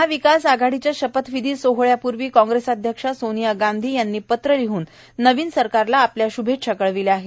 महाविकास आघाडीच्या शपथविधी सोहळ्यापूर्वी कांग्रेसाध्यक्षा सोनिया गांधी यांनी पत्र लिहन नवीन सरकारला आपल्या श्भेच्छा कळविल्या आहेत